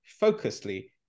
focusedly